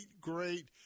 great